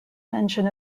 mention